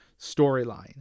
storyline